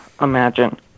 imagine